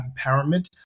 empowerment